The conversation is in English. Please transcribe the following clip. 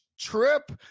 trip